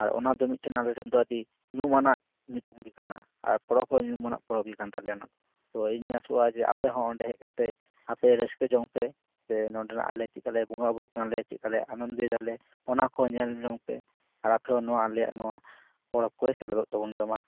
ᱟᱨ ᱚᱱᱟ ᱫᱚ ᱢᱤᱫᱴᱮᱱ ᱟᱞᱮ ᱮᱞᱟᱠᱮ ᱨᱮ ᱧᱩᱢᱟᱱᱟᱜ ᱧᱩᱛᱩᱢ ᱜᱮ ᱠᱟᱱᱟ ᱟᱨ ᱯᱚᱨᱚᱵᱽ ᱦᱚᱸ ᱧᱩᱢᱟᱱᱟᱜ ᱯᱚᱨᱚᱵᱽ ᱜᱮ ᱠᱟᱱ ᱛᱟᱞᱮᱭᱟ ᱚᱱᱟᱫᱚ ᱛᱚ ᱤᱧ ᱟᱥᱚᱜᱼᱟ ᱡᱮ ᱟᱯᱮ ᱦᱚᱸ ᱚᱸᱰᱮ ᱦᱮᱡ ᱠᱟᱛᱮ ᱟᱯᱮ ᱨᱟᱹᱥᱠᱟᱹ ᱡᱚᱝ ᱯᱮ ᱥᱮ ᱱᱚᱸᱰᱮᱱᱟᱜ ᱟᱞᱮ ᱪᱮᱫᱞᱮᱠᱟ ᱞᱮ ᱵᱚᱸᱜᱟ ᱵᱩᱨᱩᱜ ᱠᱟᱱᱟᱞᱮ ᱪᱮᱫᱞᱮᱠᱟᱞᱮ ᱟᱱᱚᱱᱫᱚᱭ ᱫᱟᱞᱮ ᱚᱱᱟᱠᱚ ᱧᱮᱞ ᱡᱚᱝᱯᱮ ᱟᱨ ᱛᱷᱚᱲᱟ ᱱᱚᱣᱟ ᱟᱞᱮᱭᱟᱜ ᱱᱚᱣᱟ ᱯᱚᱨᱚᱵᱽ ᱠᱚᱨᱮ ᱥᱮᱞᱮᱫᱚᱜ ᱛᱟᱵᱚᱱ ᱯᱮ ᱢᱟ